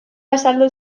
azaldu